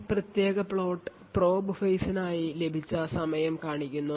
ഈ പ്രത്യേക plot probe phase നായി ലഭിച്ച സമയം കാണിക്കുന്നു